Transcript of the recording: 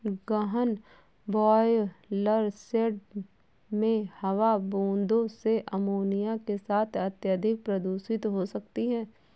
गहन broiler shed में हवा बूंदों से अमोनिया के साथ अत्यधिक प्रदूषित हो सकती है